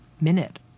minute